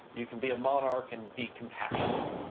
you can be a monarch and be compassionate.